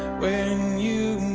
when you